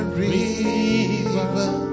river